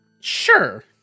Sure